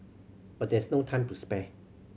but there is no time to spare